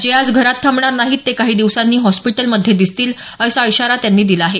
जे आज घरात थांबणार नाहीत ते काही दिवसांनी हॉस्पिटलमध्ये दिसतील असा इशारा त्यांनी दिला आहे